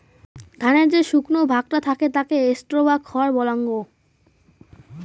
ধানের যে শুকনো ভাগটা থাকে তাকে স্ট্র বা খড় বলাঙ্গ